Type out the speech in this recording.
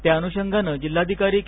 त्याअनुषंगाने जिल्हाधिकारी के